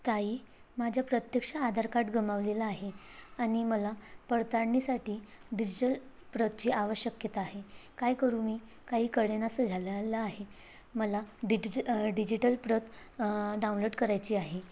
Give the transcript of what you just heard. ताई माझ्या प्रत्यक्ष आधार कार्ड गमावलेलं आहे आणि मला पडताडळणीसाठी डिजिटल प्रतची आवश्यकता आहे काय करू मी काही कळेनासं झालेलं आहे मला डिडिज डिजिटल प्रत डाउनलोट करायची आहे